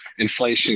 Inflation